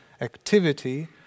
activity